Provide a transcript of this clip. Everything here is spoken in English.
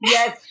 Yes